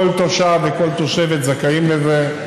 כל תושב וכל תושבת זכאים לזה,